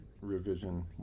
Revision